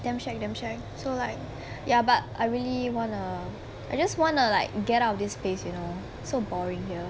damn shag damn shag so like ya but I really wanna I just wanna like get out of this space you know so boring here